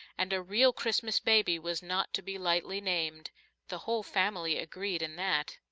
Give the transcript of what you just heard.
and a real christmas baby was not to be lightly named the whole family agreed in that.